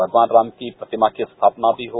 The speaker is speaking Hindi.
भगवान रम की प्रतिया की अस्थापना भी हो